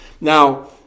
Now